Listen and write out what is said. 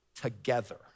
together